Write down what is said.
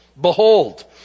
Behold